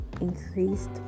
increased